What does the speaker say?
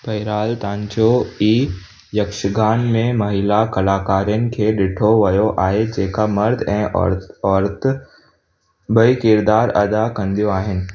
बहिरहाल तव्हांजो ई यक्षगान में महिला कलाकारनि खे ॾिठो वियो आहे जेका मर्द ऐं औरत औरत ॿई किरदार अदा कंदियूं आहिनि